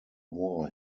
war